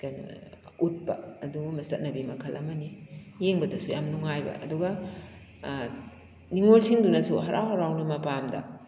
ꯎꯠꯄ ꯑꯗꯨꯒꯨꯝꯕ ꯆꯠꯅꯕꯤ ꯃꯈꯜ ꯑꯃꯅꯤ ꯌꯦꯡꯕꯗꯁꯨ ꯌꯥꯝ ꯅꯨꯡꯉꯥꯏꯕ ꯑꯗꯨꯒ ꯅꯤꯉꯣꯜꯁꯤꯡꯗꯨꯅꯁꯨ ꯍꯔꯥꯎ ꯍꯔꯥꯎꯅ ꯃꯄꯥꯝꯗ